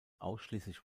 ausschließlich